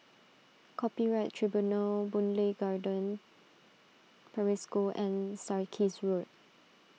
Copyright Tribunal Boon Lay Garden Primary School and Sarkies Road